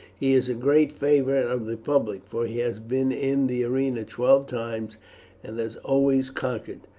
he is a great favourite of the public, for he has been in the arena twelve times and has always conquered.